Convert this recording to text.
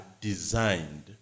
designed